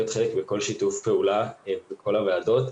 חלק בכל שיתוף פעולה בכל הוועדות.